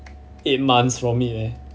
eight months from it leh